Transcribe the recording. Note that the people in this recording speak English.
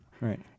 Right